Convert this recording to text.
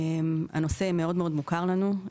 הנושא מאוד מאוד מוכר לנו,